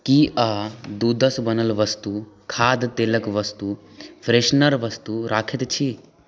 की अहाँ दूधसँ बनल वस्तु खाद्य तेलक वस्तु फ्रेशनर वस्तु रखैत छी